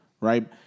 right